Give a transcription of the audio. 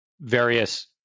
various